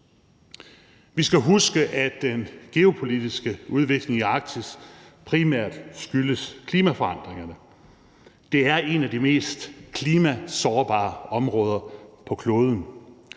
Vi skal huske, at den geopolitiske udvikling i Arktis primært skyldes klimaforandringerne. Det er et af de mest sårbare områder på kloden